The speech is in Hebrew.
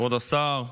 כבוד השר,